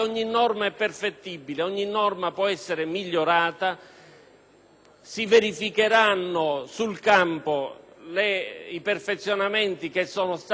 si verificheranno sul campo i perfezionamenti introdotti in questa occasione.